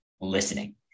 listening